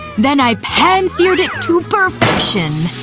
then i pan-seared it to perfection,